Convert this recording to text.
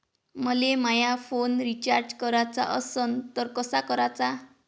मले माया phone recharge कराचा असन तर कसा कराचा?